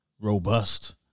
robust